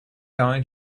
going